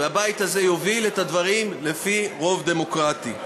והבית הזה יוביל את הדברים לפי רוב דמוקרטי.